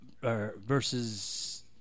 versus